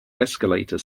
escalator